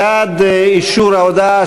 בעד אישור ההודעה,